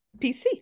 PC